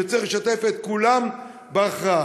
שצריך לשתף את כולם בהכרעה.